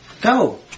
Go